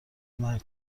مرگ